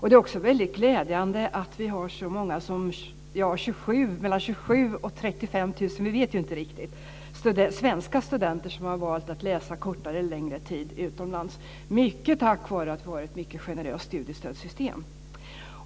Det är också väldigt glädjande att det är så många som 27 000-35 000 - vi vet inte riktigt - svenska studenter som har valt att läsa kortare eller längre tid utomlands - mycket tack vare ett generöst studiestödssystem.